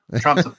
Trump